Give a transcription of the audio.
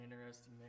interesting